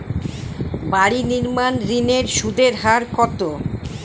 বাড়ি নির্মাণ ঋণের সুদের হার কত?